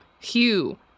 Hugh